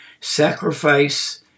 sacrifice